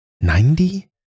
Ninety